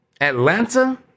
Atlanta